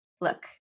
look